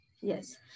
yes